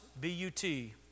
B-U-T